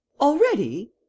Already